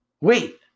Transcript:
Wait